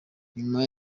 nyuma